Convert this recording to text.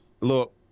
Look